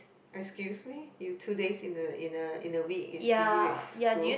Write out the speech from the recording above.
excuse me you two days in a in a in a week is busy with school